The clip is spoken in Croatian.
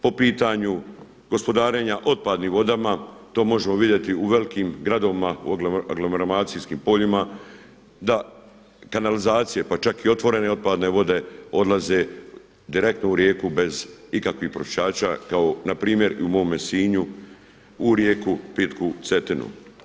Po pitanju gospodarenja otpadnim vodama, to možemo vidjeti u velikim gradovima, aglomeracijskim poljima da kanalizacije pa čak i otvorene otpadne vode odlaze direktno u rijeku bez ikakvih pročišćivača kao npr. u mome Sinju u rijeku pitku Cetinu.